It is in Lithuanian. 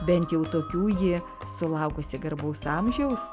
bent jau tokių ji sulaukusi garbaus amžiaus